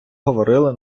говорили